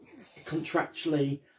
contractually